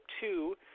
two